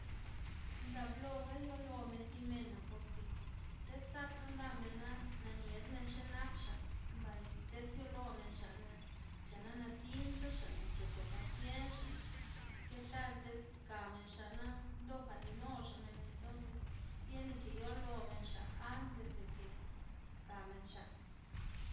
Ndabloga yolomen zi mena' porke tiz tata ndamen nadiedmen xenakxa, mbay tiz yolomenxa'na, chana'na natinta xa'na, cha'to pazienxa'na, ketal tiz kamenxa'na ndoga linuxamen entonzes thiene ke' yolomen'xa antes deke kamen'xa.